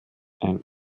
ein